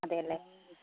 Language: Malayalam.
അതെയല്ലേ